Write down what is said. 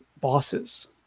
bosses